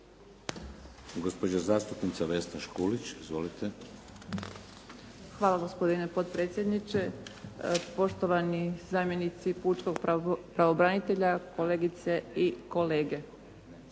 Hvala gospodine potpredsjedniče, poštovani zamjenici pučkog pravobranitelja, kolegice i kolege.